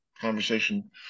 conversation